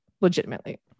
legitimately